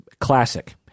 classic